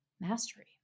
mastery